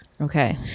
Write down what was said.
Okay